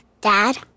Dad